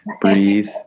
Breathe